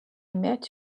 met